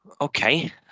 Okay